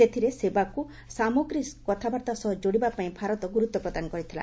ସେଥିରେ ସେବାକୁ ସାମଗ୍ରୀ କଥାବାର୍ତ୍ତା ସହ ଯୋଡ଼ିବା ପାଇଁ ଭାରତ ଗୁରୁତ୍ୱ ପ୍ରଦାନ କରିଥିଲା